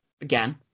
Again